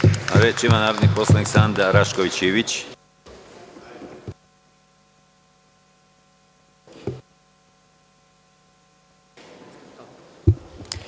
ima narodni poslanik Sanda Rašković Ivić.